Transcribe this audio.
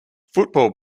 football